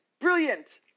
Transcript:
Brilliant